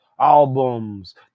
albums